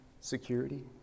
security